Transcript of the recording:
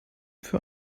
für